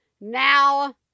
Now